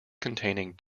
containing